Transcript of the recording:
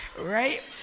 right